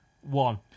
one